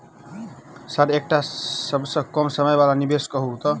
Sir एकटा सबसँ कम समय वला निवेश कहु तऽ?